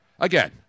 Again